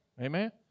Amen